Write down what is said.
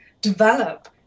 develop